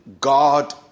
God